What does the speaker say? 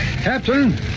Captain